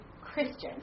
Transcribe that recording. Christians